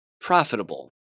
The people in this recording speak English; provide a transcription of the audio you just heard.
profitable